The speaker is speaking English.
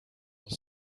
was